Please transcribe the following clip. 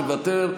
מוותר,